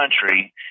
country